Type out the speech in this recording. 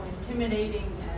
intimidating